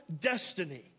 destiny